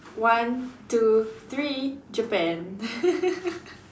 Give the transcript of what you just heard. one two three Japan